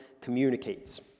communicates